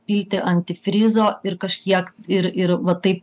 pilti antifrizo ir kažkiek ir ir va taip